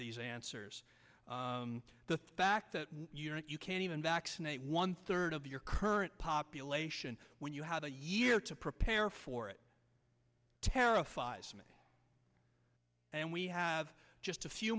these answers the fact that you can't even vaccinate one third of your current population when you have a year to prepare for it terrifies me and we have just a few